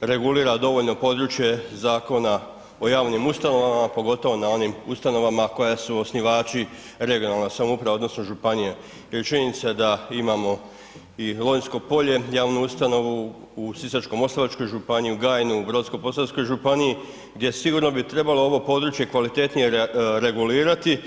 regulira dovoljno područje Zakona o javnim ustanovama pogotovo na onim ustanovama koja su osnivači regionalna samouprava odnosno županije jer činjenica je da imamo i Lonjsko polje javnu ustanovu u Sisačko-moslavačkoj županiji, u Gajni u Brodsko-posavskoj županiji gdje sigurno bi trebalo ovo područje kvalitetnije regulirati.